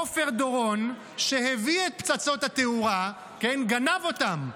עופר דורון, שהביא את פצצות התאורה, כן, גנב אותן.